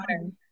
water